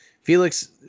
Felix